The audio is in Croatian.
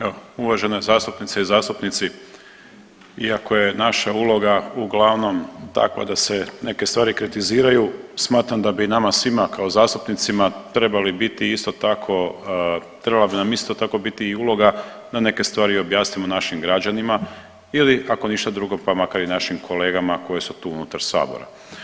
Evo uvažene zastupnice i zastupnici iako je naša uloga uglavnom takva da se neke stvari kritiziraju smatram da bi nama svima kao zastupnicima trebali biti isto tako, trebala bi nam isto tako biti i uloga da neke stvari objasnimo našim građanima ili kako ništa drugo, pa makar i našim kolegama koje su tu unutar sabora.